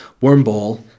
Wormball